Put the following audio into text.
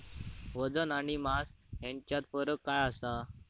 वजन आणि मास हेच्यात फरक काय आसा?